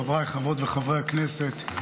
חבריי חברות וחברי הכנסת,